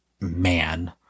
man